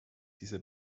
dieser